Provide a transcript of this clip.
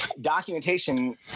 documentation